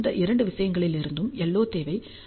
இந்த இரண்டு விஷயங்களிலிருந்தும் LO தேவை 3